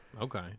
okay